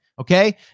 Okay